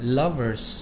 lovers